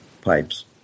pipes